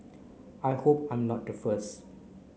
I hope I'm not the first